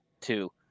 two